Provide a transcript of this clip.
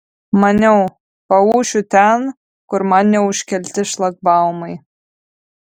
maniau paūšiu ten kur man neužkelti šlagbaumai